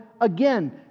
again